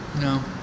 No